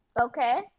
Okay